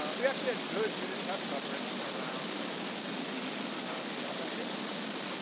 um we actually had good unit test coverage around the the authentication system.